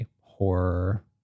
horror